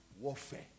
Warfare